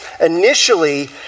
initially